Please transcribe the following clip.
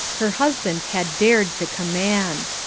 her husband had dared to command.